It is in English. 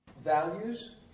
Values